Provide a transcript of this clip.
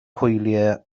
hwyliau